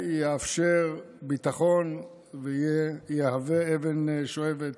יאפשר ביטחון ויהווה אבן שואבת